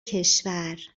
کشور